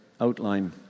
outline